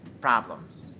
problems